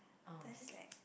then it's ike